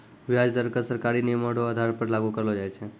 व्याज दर क सरकारी नियमो र आधार पर लागू करलो जाय छै